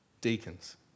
deacons